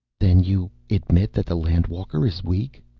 then you admit that the land-walker is weak?